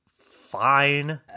fine